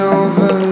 over